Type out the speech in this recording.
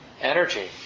energy